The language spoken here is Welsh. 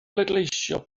bleidleisio